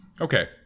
Okay